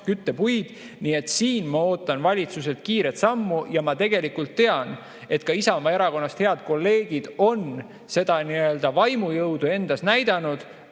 küttepuid. Nii et siin ma ootan valitsuselt kiiret sammu ja ma tegelikult tean, et ka Isamaa Erakonnast head kolleegid on seda nii-öelda vaimujõudu endas näidanud.